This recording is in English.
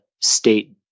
state